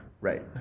Right